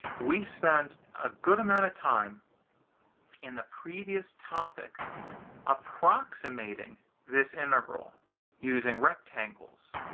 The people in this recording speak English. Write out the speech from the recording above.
we spent a good amount of time in the previous topic approximating this integral using rectangles.